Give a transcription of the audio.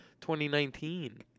2019